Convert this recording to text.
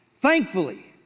thankfully